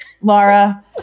Laura